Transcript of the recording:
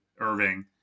Irving